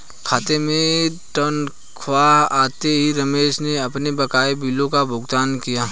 खाते में तनख्वाह आते ही रमेश ने अपने बकाया बिलों का भुगतान किया